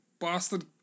bastard